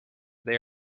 they